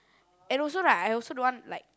and also right I also don't want like